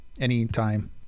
anytime